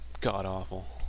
god-awful